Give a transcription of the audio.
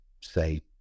say